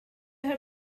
her